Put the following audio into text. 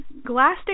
Glastic